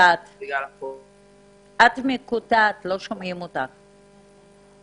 --- את מקוטעת, לא שומעים אותך.